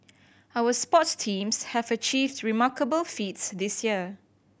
our sports teams have achieved remarkable feats this year